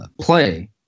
play